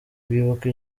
bibuka